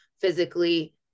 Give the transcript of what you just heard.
physically